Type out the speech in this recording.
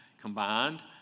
combined